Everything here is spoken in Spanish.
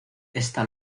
esta